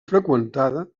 freqüentada